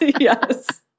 yes